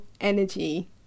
energy